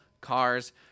Cars